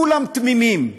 כולם תמימים.